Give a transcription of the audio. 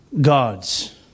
gods